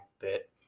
bit